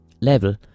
level